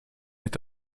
est